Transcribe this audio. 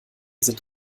sind